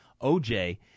OJ